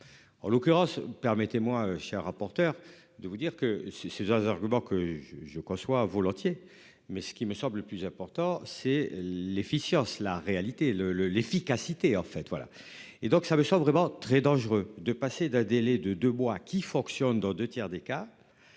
en l'occurrence permettez-moi je rapporteur de vous dire que c'est arguments que je conçois volontiers, mais ce qui me semble plus important c'est l'efficience la réalité le le l'efficacité en fait voilà et donc ça me ça vraiment très dangereux de passer d'un délai de deux mois qui fonctionne dans 2 tiers des cas.